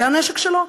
זה הנשק שלו?